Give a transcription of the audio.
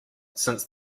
since